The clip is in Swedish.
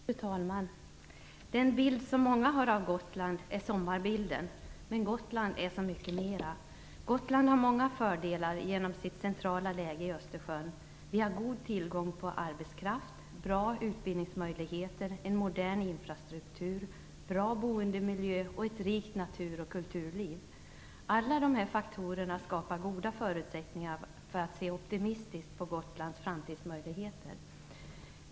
Fru talman! Den bild som många har av Gotland är sommarbilden, men Gotland är så mycket mer. Gotland har många fördelar genom sitt centrala läge i Östersjön. Vi har god tillgång på arbetskraft, bra utbildningsmöjligheter, en modern infrastruktur, bra boendemiljö och ett rikt natur och kulturliv. Alla dessa faktorer skapar goda förutsättningar att se opimistiskt på Gotlands framtidsmöjligheter.